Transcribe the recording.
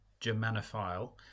Germanophile